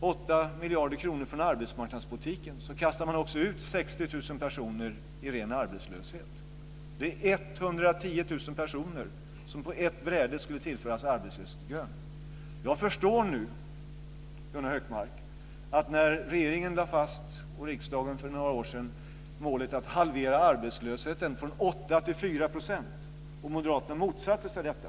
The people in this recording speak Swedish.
8 miljarder kronor från arbetsmarknadspolitiken kastar man också ut 60 000 personer i ren arbetslöshet. Det är 110 000 personer som på ett bräde skulle tillföras arbetslöshetskön. Jag förstår nu, Gunnar Hökmark, att Moderaterna när regeringen och riksdagen för några år sedan lade fast målet att halvera arbetslösheten från 8 % till 4 % motsatte sig detta.